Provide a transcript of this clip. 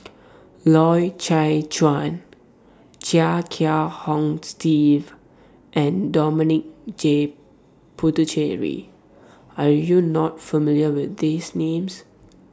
Loy Chye Chuan Chia Kiah Hong Steve and Dominic J Puthucheary Are YOU not familiar with These Names